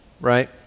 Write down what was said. right